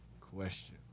question